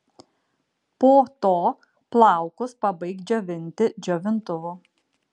po to plaukus pabaik džiovinti džiovintuvu